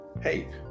hey